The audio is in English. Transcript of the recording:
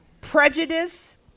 prejudice